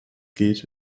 geht